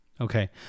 Okay